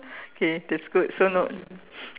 okay that's good so no